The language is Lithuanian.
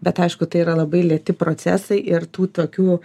bet aišku tai yra labai lėti procesai ir tų tokių